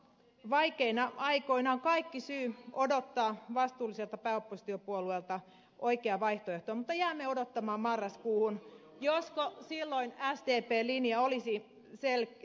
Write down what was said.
vaikeina aikoina on kaikki syy odottaa vastuulliselta pääoppositiopuolueelta oikeaa vaihtoehtoa mutta jäämme odottamaan marraskuuhun jos silloin sdpn linja olisi selkiytynyt